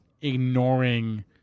ignoring